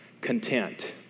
Content